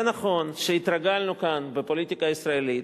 זה נכון שהתרגלנו כאן, בפוליטיקה הישראלית,